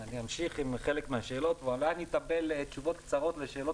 אני אמשיך עם חלק מהשאלות --- תשובות קצרות לשאלות